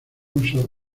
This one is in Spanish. uso